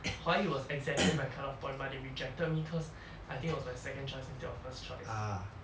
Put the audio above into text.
hua yi was exactly my cut off point but they rejected me cause I think it was my second choice instead of first choice